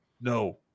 no